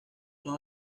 son